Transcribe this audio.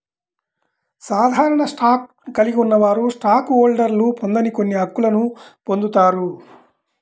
సాధారణ స్టాక్ను కలిగి ఉన్నవారు స్టాక్ హోల్డర్లు పొందని కొన్ని హక్కులను పొందుతారు